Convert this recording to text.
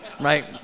Right